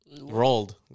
Rolled